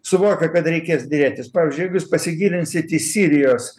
suvokia kad reikės derėtis pavyzdžiui jeigu jūs pasigilinsit į sirijos